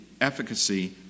efficacy